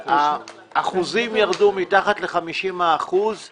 האחוזים ירדו מתחת ל-50 אחוזים